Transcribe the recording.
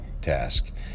task